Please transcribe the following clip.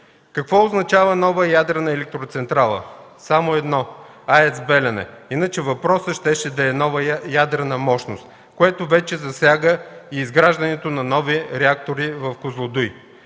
Какво означава нова ядрена електроцентрала? Само едно – АЕЦ „Белене”. Иначе въпросът щеше да бъде – нова ядрена мощност, което вече засяга и изграждането на нови реактори в Козлодуй.